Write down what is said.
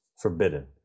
forbidden